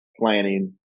planning